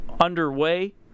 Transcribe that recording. underway